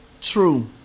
true